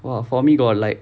!wah! for me got like